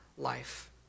life